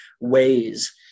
ways